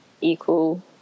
equal